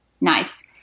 nice